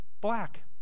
black